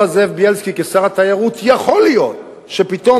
זאב בילסקי כשר התיירות יכול להיות שפתאום,